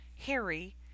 Harry